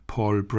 Paul